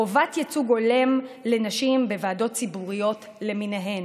חובת ייצוג הולם לנשים בוועדות ציבוריות למיניהן.